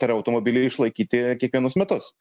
tai yra automobilį išlaikyti kiekvienus metus